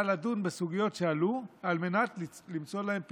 לדון בסוגיות שעלו על מנת למצוא להן פתרונות.